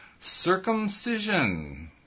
Circumcision